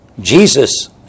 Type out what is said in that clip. Jesus